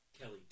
Kelly